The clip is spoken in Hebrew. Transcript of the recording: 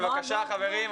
בבקשה חברים,